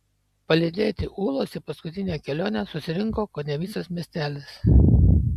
palydėti ūlos į paskutinę kelionę susirinko kone visas miestelis